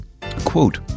quote